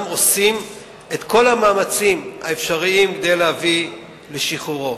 עושים את כל המאמצים האפשריים כדי להביא לשחרורו.